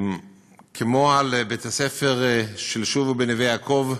כמו שהבעתי התנגדות לגבי בית-ספר "שובו" בנווה-יעקב,